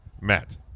Matt